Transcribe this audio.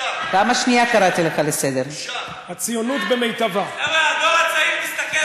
בושה וחרפה, בושה לציונות ובושה, בושה.